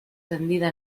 tendida